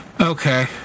Okay